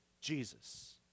Jesus